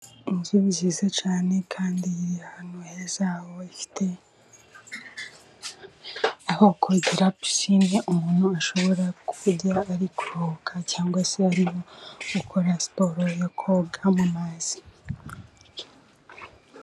Inzu nziza cyane nziza kandi iri ahantu heza bafite aho kogera (pisine). Umuntu ashobora kogera ari kuruhuka, cyangwa se ari gukora siporo yo koga mu mazi.